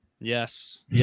Yes